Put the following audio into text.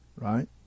right